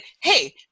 hey